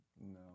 No